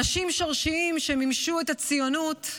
אנשים שורשיים, שמימשו את הציונות,